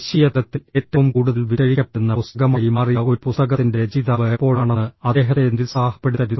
ദേശീയതലത്തിൽ ഏറ്റവും കൂടുതൽ വിറ്റഴിക്കപ്പെടുന്ന പുസ്തകമായി മാറിയ ഒരു പുസ്തകത്തിന്റെ രചയിതാവ് എപ്പോഴാണെന്ന് അദ്ദേഹത്തെ നിരുത്സാഹപ്പെടുത്തരുത്